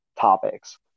topics